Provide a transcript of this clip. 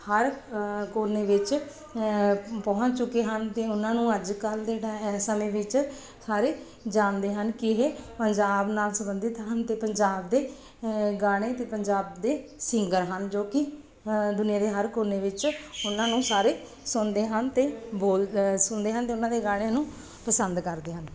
ਹਰ ਕੋਨੇ ਵਿੱਚ ਪਹੁੰਚ ਚੁੱਕੇ ਹਨ ਅਤੇ ਉਹਨਾਂ ਨੂੰ ਅੱਜ ਕੱਲ੍ਹ ਦੇ ਟੈ ਸਮੇਂ ਵਿੱਚ ਸਾਰੇ ਸਾਰੇ ਜਾਣਦੇ ਹਨ ਕਿ ਇਹ ਪੰਜਾਬ ਨਾਲ ਸੰਬੰਧਿਤ ਹਨ ਅਤੇ ਪੰਜਾਬ ਦੇ ਗਾਣੇ ਅਤੇ ਪੰਜਾਬ ਦੇ ਸਿੰਗਰ ਹਨ ਜੋ ਕਿ ਦੁਨੀਆ ਦੇ ਹਰ ਕੋਨੇ ਵਿੱਚ ਉਹਨਾਂ ਨੂੰ ਸਾਰੇ ਸੁਣਦੇ ਹਨ ਅਤੇ ਬੋਲ ਸੁਣਦੇ ਹਨ ਅਤੇ ਉਹਨਾਂ ਦੇ ਗਾਣਿਆਂ ਨੂੰ ਪਸੰਦ ਕਰਦੇ ਹਨ